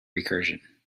recursion